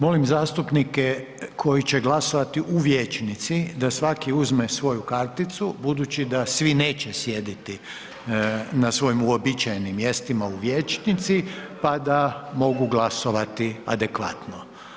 Molim zastupnike koji će glasovati u vijećnici da svaki uzme svoju karticu budući da svi neće sjediti na svojim uobičajenim mjestima u vijećnici, pa da mogu glasovati adekvatno.